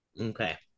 Okay